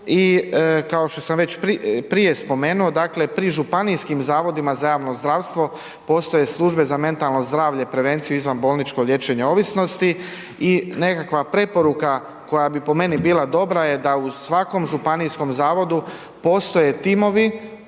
i kao što sam već prije spomenuo, dakle, pri županijskim zavodima za javno zdravstvo postoje službe za mentalno zdravlje i prevenciju i izvanbolničko liječenje ovisnosti i nekakva preporuka koja bi po meni bila dobra je da u svakom županijskom zavodu postoje timovi